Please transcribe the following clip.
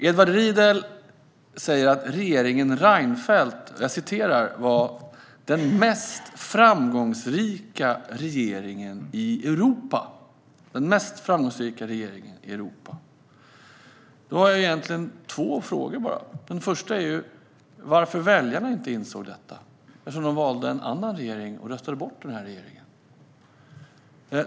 Edward Riedl säger att regeringen Reinfeldt var den mest framgångsrika regeringen i Europa. Då infinner sig två frågor. Den första är: Varför insåg inte väljarna det? De valde ju en annan regering och röstade bort regeringen Reinfeldt.